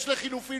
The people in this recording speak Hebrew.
הצבעה מס'